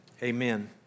Amen